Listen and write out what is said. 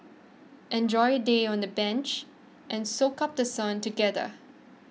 enjoy a day on the beach and soak up The Sun together